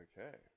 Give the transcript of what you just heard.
Okay